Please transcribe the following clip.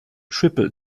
triple